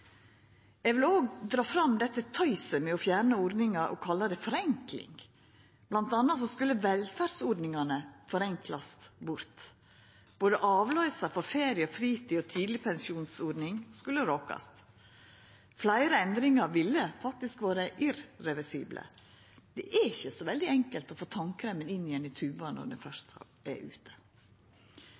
Eg vil òg dra fram dette tøyset med å fjerna ordningar og kalla det forenkling. Mellom anna skulle velferdsordningane forenklast bort, både avløysar i ferie og fritid og ei tidleg pensjonsordning skulle råkast. Fleire endringar ville faktisk ha vore irreversible. Det er ikkje så veldig enkelt å få tannkremen inn igjen i tuben når han først er ute.